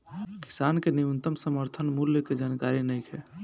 किसान के न्यूनतम समर्थन मूल्य के जानकारी नईखे